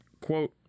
quote